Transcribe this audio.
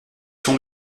sont